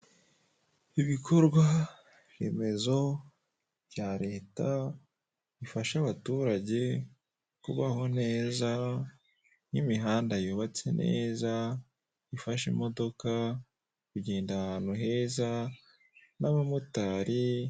Ibikorwa remezo bya leta bifasha abaturage kubaho neza nk'imihanda yubatse neza, ifasha imodoka kugenda ahantu heza n'abamotari.